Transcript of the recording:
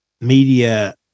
media